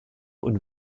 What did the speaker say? und